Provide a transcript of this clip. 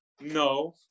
No